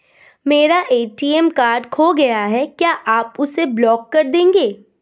मेरा ATM card खो गया है क्या आप उसे ब्लॉक कर देंगे?